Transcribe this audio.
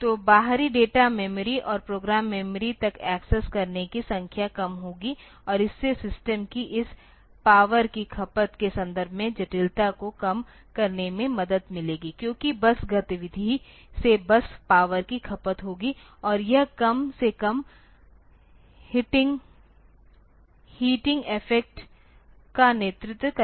तो बाहरी data memory और प्रोग्राम मेमोरी तक एक्सेस करने की संख्या कम होगी और इससे सिस्टम की इस पावर की खपत के संदर्भ में जटिलता को कम करने में मदद मिलेगी क्योंकि बस गतिविधि से बस पावर की खपत होगी और यह कम से कम हीटिंग इफ़ेक्ट का नेतृत्व करेगा